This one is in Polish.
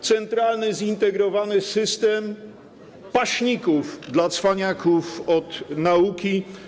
Centralny zintegrowany system paśników dla cwaniaków od nauki.